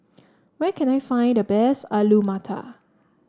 where can I find the best Alu Matar